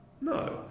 No